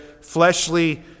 fleshly